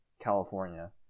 California